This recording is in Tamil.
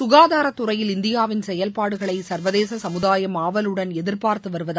சுகாதாரத் துறையில் இந்தியாவின் செயல்பாடுகளை சர்வதேச சமூதாயம் ஆவலுடன் எதிர்பார்த்து வருவதாக கூறினார்